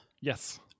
Yes